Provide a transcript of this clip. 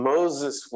Moses